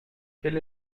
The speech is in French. quel